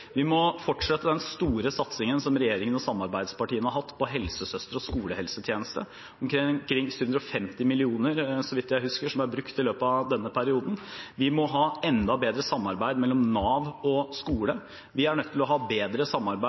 Vi må fortsette den store satsingen som regjeringen og samarbeidspartiene har hatt, på helsesøstre og skolehelsetjeneste. Det er omkring 750 mill. kr – hvis jeg husker rett – som er brukt i løpet av denne perioden. Vi må ha enda bedre samarbeid mellom Nav og skole. Vi er nødt til å ha bedre samarbeid